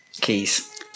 keys